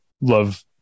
love